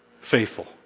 faithful